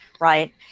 right